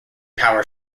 power